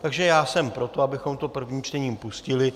Takže já jsem pro to, abychom to prvním čtením pustili.